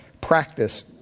practice